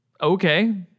Okay